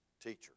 teacher